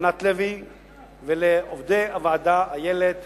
לענת לוי ולעובדי הוועדה איילת